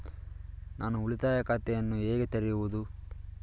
ನಾನು ಉಳಿತಾಯ ಖಾತೆಯನ್ನು ಹೇಗೆ ತೆರೆಯುವುದು?